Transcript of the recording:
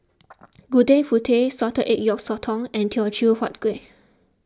Gudeg Putih Salted Egg Yolk Sotong and Teochew Huat Kueh